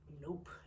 nope